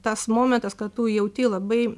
tas momentas kad tu jauti labai